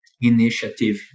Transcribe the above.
initiative